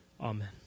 Amen